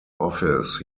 office